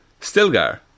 Stilgar